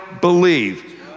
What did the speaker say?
believe